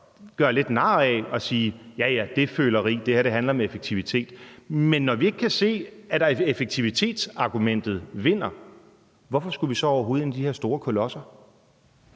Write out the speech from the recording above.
gøre lidt nar ad og sige: Ja ja, det er føleri; det her handler om effektivitet. Men når vi ikke kan se, at effektivitetsargumentet vinder, hvorfor skulle vi så overhovedet ind i de her store kolosser?